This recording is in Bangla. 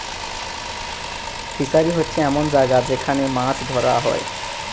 ফিসারী হোচ্ছে এমন জাগা যেখান মাছ ধোরা হয়